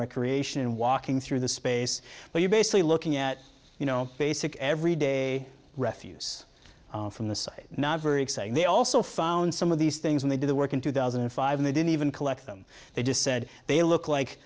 recreation and walking through the space but you basically looking at you know basic every day refuse from the site not very exciting they also found some of these things and they do the work in two thousand and five they didn't even collect them they just said they look like